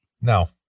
No